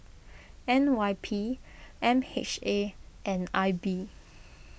N Y P M H A and I B